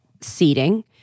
seating